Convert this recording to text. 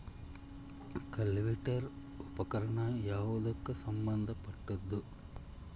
Cultivator ಉಪಕರಣ ಯಾವದಕ್ಕ ಸಂಬಂಧ ಪಟ್ಟಿದ್ದು?